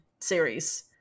series